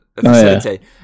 facility